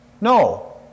no